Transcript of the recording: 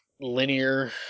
linear